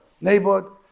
neighborhood